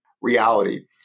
reality